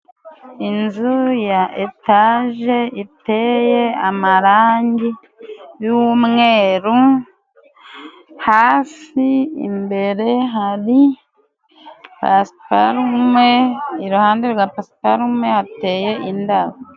Inzu ya etage iteye amarangi y'umweru, hasi imbere hari pasiparume. Iruhande rwa pasiparume hateye indabo.